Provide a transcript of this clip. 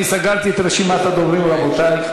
אני סגרתי את רשימת הדוברים, רבותי.